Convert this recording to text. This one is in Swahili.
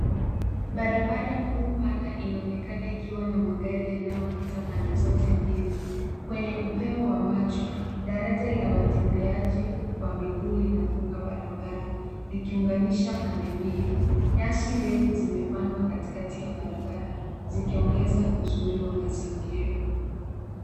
Barabara kuu pana inaonekana ikiwa na magari yanayopita pande zote mbili. Kwenye upeo wa macho, daraja la watembeaji kwa miguu linavuka barabara likiunganisha pande mbili. Nyasi ndefu zimepandwa katikati ya barabara zikiongeza uzuri wa mazingira.